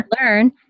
learn